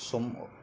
সম